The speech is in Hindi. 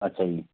अच्छा जी